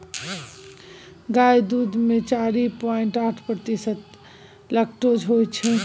गाय दुध मे चारि पांइट आठ प्रतिशत लेक्टोज होइ छै